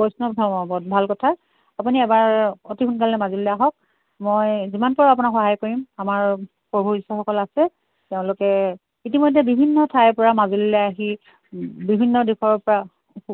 বৈষ্ণৱ ধৰ্মৰ ওপৰত ভাল কথা আপুনি এবাৰ অতি সোনকালে মাজুলিলৈ আহক মই যিমান পাৰোঁ আপোনাক সহায় কৰিম আমাৰ প্ৰভু ইশ্বৰসকল আছে তেওঁলোকে ইতিমধ্যে বিভিন্ন ঠাইৰ পৰা মাজুলিলৈ আহি বিভিন্ন দিশৰ পৰা